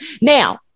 now